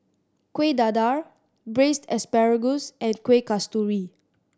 Kueh Dadar Braised Asparagus and Kueh Kasturi